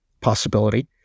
possibility